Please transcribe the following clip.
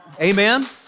Amen